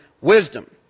wisdom